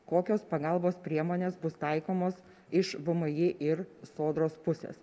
kokios pagalbos priemonės bus taikomos iš vmi ir sodros pusės